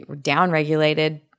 down-regulated